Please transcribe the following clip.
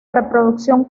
reproducción